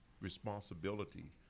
responsibility